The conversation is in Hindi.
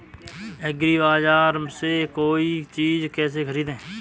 एग्रीबाजार से कोई चीज केसे खरीदें?